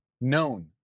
known